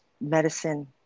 medicine